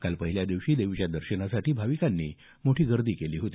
काल पहिल्या दिवशी देवीच्या दर्शनासाठी भाविकांनी मोठी गर्दी केली होती